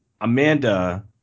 Amanda